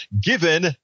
given